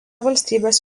valstybės